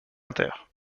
inter